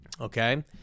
okay